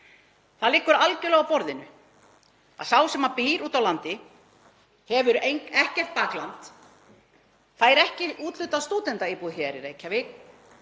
Það liggur algjörlega á borðinu að sá sem býr úti á landi hefur ekkert bakland, fær ekki úthlutað stúdentaíbúð hér í Reykjavík